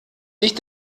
ich